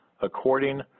according